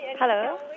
Hello